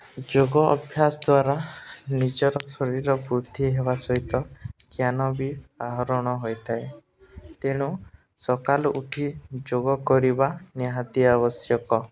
ଯୋଗ ଅଭ୍ୟାସ ଦ୍ୱାରା ନିଜର ଶରୀର ବୃଦ୍ଧି ହେବା ସହିତ ଜ୍ଞାନ ବି ଆହରଣ ହୋଇଥାଏ ତେଣୁ ସକାଳୁ ଉଠି ଯୋଗ କରିବା ନିହାତି ଆବଶ୍ୟକ